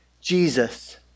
Jesus